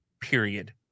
period